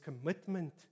commitment